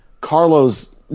Carlos